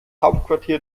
hauptquartier